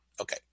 Okay